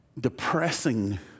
depressing